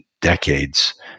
Decades